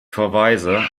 verweise